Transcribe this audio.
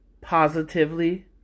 Positively